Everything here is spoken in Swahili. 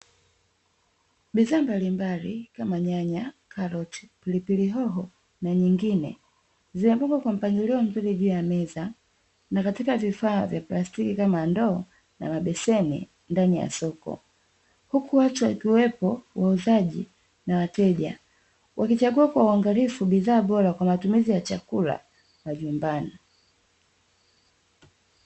Bidhaa mbalimbali kama nyanya, karoti, pilipili hoho na nyingine zimepangwa kwa mpangilio mzuri juu ya meza. Na katika vifaa vya plastiki kama ndoo na mabeseni ndani ya soko. Huku watu wakiwepo, wauzaji na wateja wakichagua kwa uangalifu bidhaa bora kwa matumizi ya chakula majumbani.